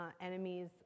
enemies